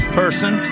person